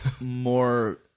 more